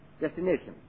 destination